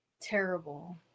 Terrible